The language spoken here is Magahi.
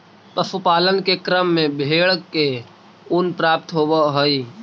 पशुपालन के क्रम में भेंड से ऊन प्राप्त होवऽ हई